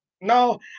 No